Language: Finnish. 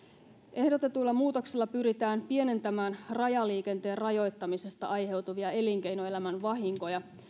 ehdotetuilla muutoksilla pyritään pienentämään rajaliikenteen rajoittamisesta aiheutuvia elinkeinoelämän vahinkoja